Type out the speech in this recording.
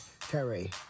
Terry